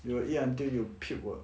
you will eat until you puke uh